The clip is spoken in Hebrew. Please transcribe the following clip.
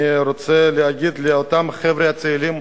אני רוצה להגיד לאותם חבר'ה צעירים: